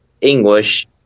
English